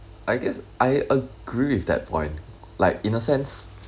I guess I agree with that point like in a sense